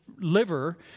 liver